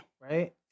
right